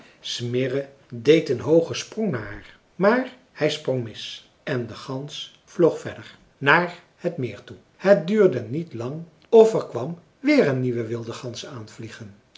smirre deed een hoogen sprong naar haar maar hij sprong mis en de gans vloog verder naar het meer toe het duurde niet lang of er kwam weer een nieuwe wilde gans aanvliegen